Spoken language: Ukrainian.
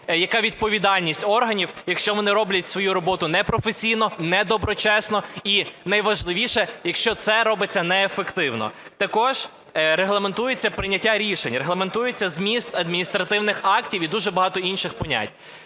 яка відповідальність органів, якщо вони роблять свою роботу непрофесійно, недоброчесно і найважливіше – якщо це робиться неефективно. Також регламентується прийняття рішень. Регламентується зміст адміністративних актів і дуже багато інших понять.